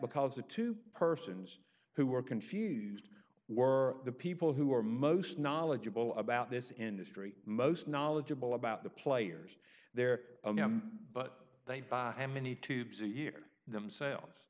because the two persons who were confused were the people who are most knowledgeable about this industry most knowledgeable about the players there but they by many tubes a year themselves